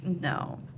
No